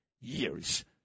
years